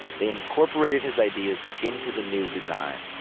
they incorporated his ideas into the new design.